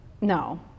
No